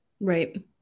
Right